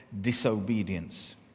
disobedience